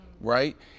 right